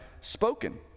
spoken